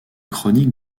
chroniques